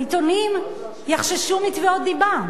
העיתונים יחששו מתביעות דיבה.